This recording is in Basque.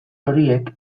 horiek